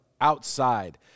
outside